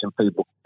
people